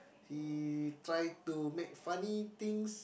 he try to make funny things